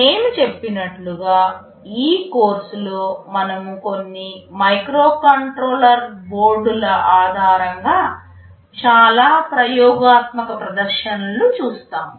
నేను చెప్పినట్లుగా ఈ కోర్సులో మనము కొన్ని మైక్రోకంట్రోలర్ బోర్డుల ఆధారంగా చాలా ప్రయోగాత్మక ప్రదర్శనలను చూస్తాము